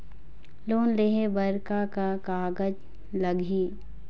Loan लेहे बर का का कागज लगही?